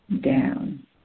down